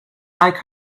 like